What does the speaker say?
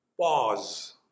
pause